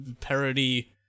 parody